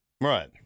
Right